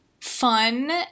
fun